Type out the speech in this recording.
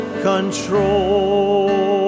control